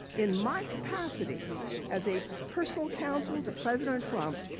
in my capacity as a personal counsel to president trump,